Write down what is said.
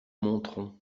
montrond